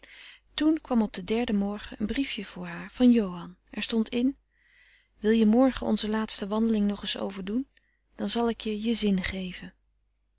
toen kwam op den derden morgen een briefje voor haar van johan er stond in wil je morgen onze laatste wandeling nog eens overdoen dan zal ik je je zin geven